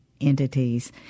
entities